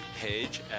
page